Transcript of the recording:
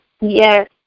Yes